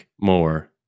more